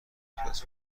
امتیاز